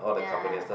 ya